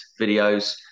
videos